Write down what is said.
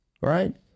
Right